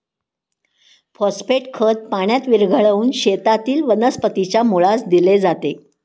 phosphate खत पाण्यात विरघळवून शेतातील वनस्पतीच्या मुळास दिले जाते